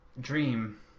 dream